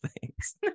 thanks